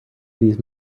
these